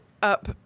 up